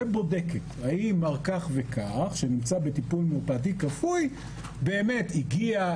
ובודקת האם מר כך וכך שנמצא בטיפול מרפאתי כפוי באמת הגיע,